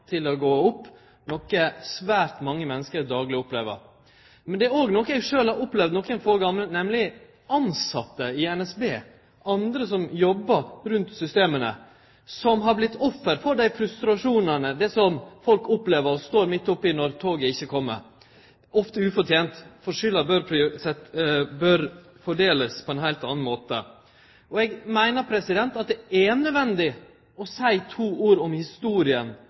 eg sjølv opplevde nokre få gonger, var at tilsette i NSB og andre som jobba rundt systema, vart offer for dei frustrasjonane som folk opplevde å stå midt oppe i då toga ikkje kom, ofte ufortent, for ein burde ha fordelt skulda på ein heilt annan måte. Eg meiner at det er nødvendig å seie to ord om